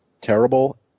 terrible